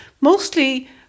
mostly